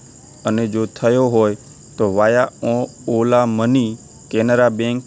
અને જો થયો હોય તો વાયા ઓં ઓલા મની કેનેરા બેંક બેન્કના ખાતા ત્રણ ત્રણ નવ ત્રણ બે નવ ચાર ચાર એક આઠ છ બે પાંચ પાંચ નવ નવમાં રૂપિયા ચાલીસ હજાર જમા કરી શકો